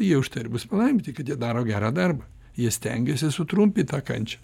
jie užtai ir bus palaiminti kad jie daro gerą darbą jie stengiasi sutrumpyt tą kančią